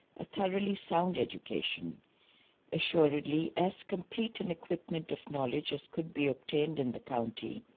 a thoroughly sound education assuredly as complete an equipment of knowledge as could be obtained in the county,